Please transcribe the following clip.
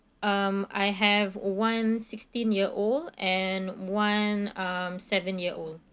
um I have one sixteen year old and one um seven year old